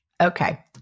Okay